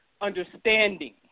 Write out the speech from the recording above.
Understanding